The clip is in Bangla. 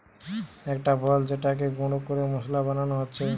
একটা ফল যেটাকে গুঁড়ো করে মশলা বানানো হচ্ছে